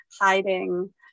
hiding